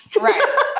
Right